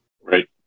right